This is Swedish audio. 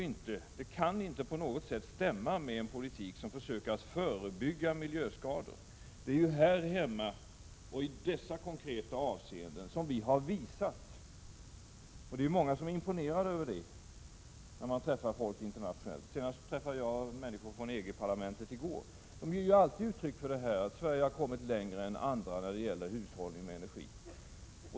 Det stämmer inte på något sätt med en politik som syftar till att förebygga miljöskador. Det är ju i dessa konkreta avseenden som vi här i Sverige har visat vad som kan göras, vilket många är imponerade över. När man träffar människor från andra länder — senast i går träffade jag representanter för EG-parlamentet — ger de alltid uttryck för att Sverige har kommit längre än andra när det gäller hushållning med energi.